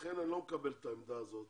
לכן אני לא מקבל את העמדה הזאת